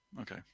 okay